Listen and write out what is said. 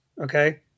Okay